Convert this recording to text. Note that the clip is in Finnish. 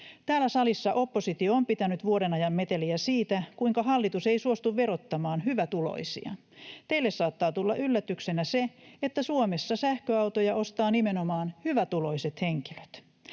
Täällä salissa oppositio on pitänyt vuoden ajan meteliä siitä, kuinka hallitus ei suostu verottamaan hyvätuloisia. Teille saattaa tulla yllätyksenä se, että Suomessa sähköautoja ostavat nimenomaan hyvätuloiset henkilöt.